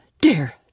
Dear